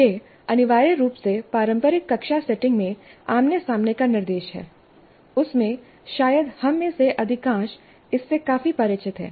यह अनिवार्य रूप से पारंपरिक कक्षा सेटिंग में आमने सामने का निर्देश है उसमें शायद हम में से अधिकांश इससे काफी परिचित हैं